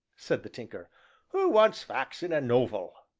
said the tinker who wants facts in a nov-el?